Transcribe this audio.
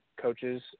coaches